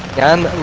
and